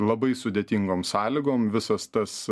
labai sudėtingom sąlygom visas tas